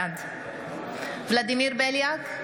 בעד ולדימיר בליאק,